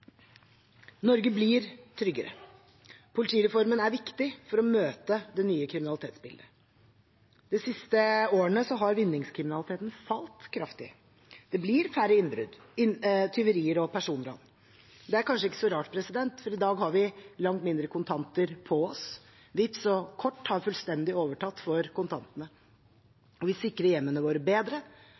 Norge blir tryggere. Politireformen er viktig for å møte det nye kriminalitetsbildet. De siste årene har vinningskriminaliteten falt kraftig. Det blir færre innbrudd, tyverier og personran. Det er kanskje ikke så rart, for i dag har vi langt mindre kontanter på oss, Vipps og kort har fullstendig overtatt for kontantene. Vi sikrer hjemmene våre bedre,